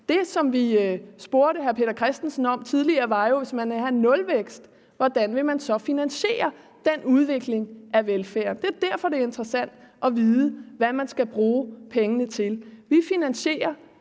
Det, som vi spurgte hr. Peter Christensen om tidligere, var jo, at hvis man vil have nulvækst, hvordan vil man så finansiere den udvikling af velfærden. Det er derfor, det er interessant at vide, hvad man skal bruge pengene til. Vi finansierer